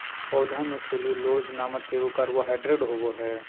पौधा में सेल्यूलोस नामक एगो कार्बोहाइड्रेट होबो हइ